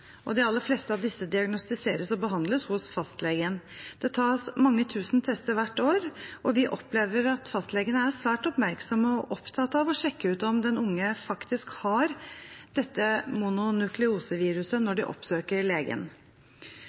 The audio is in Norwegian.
og de aller fleste av disse diagnostiseres og behandles hos fastlegen. Det tas mange tusen tester hvert år, og vi opplever at fastlegene er svært oppmerksomme og opptatt av å sjekke om de unge faktisk har mononukleoseviruset når de oppsøker legen.